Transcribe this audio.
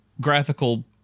graphical